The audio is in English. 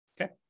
Okay